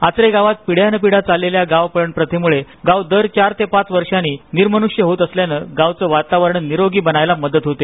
आचरे गावात पिढयान पिढया चाललेल्या गावपळण प्रथेमुळे गाव दर चार ते पाच वर्षानीनिर्मनृष्य होत असल्यानं गावाच वातावरण निरोगी बनायला मदत होते